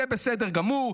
זה בסדר גמור.